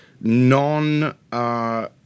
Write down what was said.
non